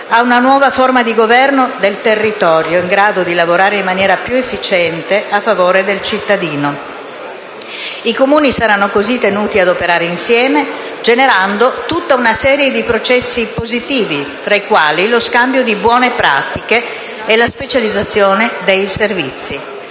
ad una nuova forma di governo del territorio, in grado di lavorare in maniera più efficiente a favore del cittadino. I Comuni saranno così tenuti ad operare insieme, generando tutta una serie di processi positivi, fra i quali lo scambio di buone pratiche e la specializzazione dei servizi.